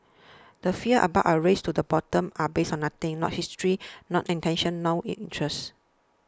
the fears about a race to the bottom are based on nothing not history not intention nor interest